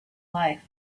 life